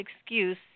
excuse